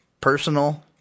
personal